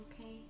okay